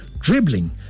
Dribbling